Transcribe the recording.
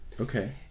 okay